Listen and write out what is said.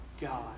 God